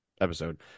episode